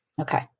Okay